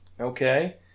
Okay